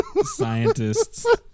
scientists